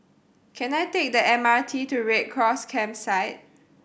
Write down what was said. can I take the M R T to Red Cross Campsite